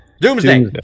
Doomsday